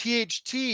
THT